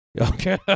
Okay